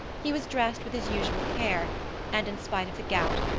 he was dressed with his usual care and, in spite of the gout,